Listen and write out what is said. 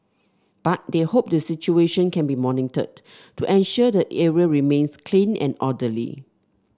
but they hope the situation can be monitored to ensure the area remains clean and orderly